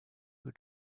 who